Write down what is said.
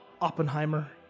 Oppenheimer